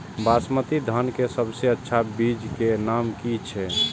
बासमती धान के सबसे अच्छा बीज के नाम की छे?